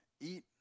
eat